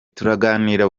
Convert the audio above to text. turaganira